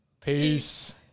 peace